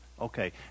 Okay